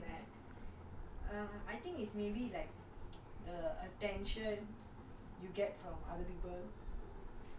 okay for me the favorite thing to do I mean நான் யோசிக்குறேன்:naan yosikuraen I think is maybe like